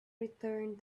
returned